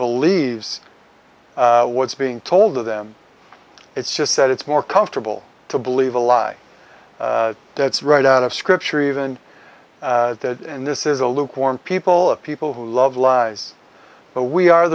believes what's being told to them it's just that it's more comfortable to believe a lie that's right out of scripture even that and this is a lukewarm people of people who love lies but we are